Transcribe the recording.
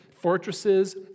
fortresses